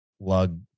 lug